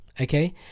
okay